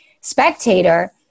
spectator